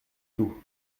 tout